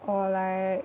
or like